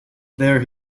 there